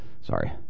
Sorry